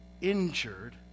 injured